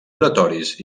oratoris